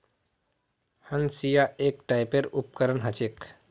हंसिआ एक टाइपेर उपकरण ह छेक